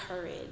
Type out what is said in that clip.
courage